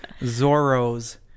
Zorro's